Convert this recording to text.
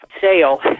sale